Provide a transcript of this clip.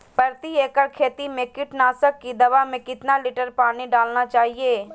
प्रति एकड़ खेती में कीटनाशक की दवा में कितना लीटर पानी डालना चाइए?